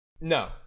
No